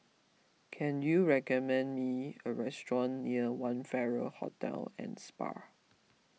can you recommend me a restaurant near one Farrer Hotel and Spa